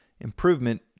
improvement